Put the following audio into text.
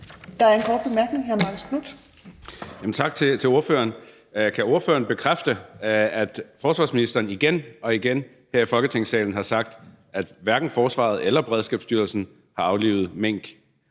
Marcus Knuth. Kl. 13:17 Marcus Knuth (KF): Tak til ordføreren. Kan ordføreren bekræfte, at forsvarsministeren igen og igen her i Folketingssalen har sagt, at hverken forsvaret eller Beredskabsstyrelsen har aflivet mink,